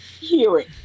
hearing